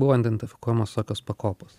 buvo identifikuojamos tokios pakopos